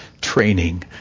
training